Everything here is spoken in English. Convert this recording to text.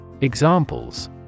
Examples